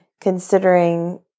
considering